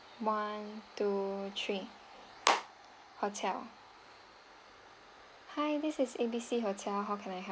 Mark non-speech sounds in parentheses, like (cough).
one two three (noise) hotel hi this is A B C hotel how can I help